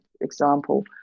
example